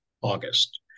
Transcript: August